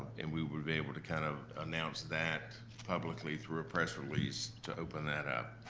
and we would be able to kind of announce that publicly through a press release to open that up.